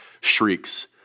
shrieks